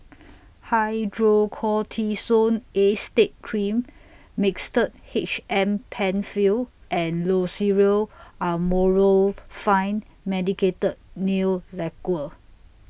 Hydrocortisone Acetate Cream Mixtard H M PenFill and Loceryl Amorolfine Medicated Nail Lacquer